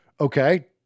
Okay